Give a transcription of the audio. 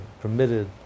permitted